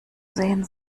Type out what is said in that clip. sehen